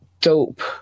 dope